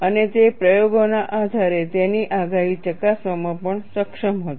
અને તે પ્રયોગોના આધારે તેની આગાહી ને ચકાસવામાં પણ સક્ષમ હતો